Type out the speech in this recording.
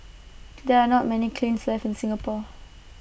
there are not many kilns left in Singapore